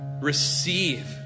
receive